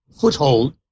foothold